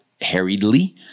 harriedly